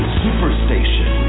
superstation